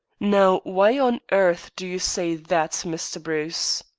now, why on earth do you say that, mr. bruce?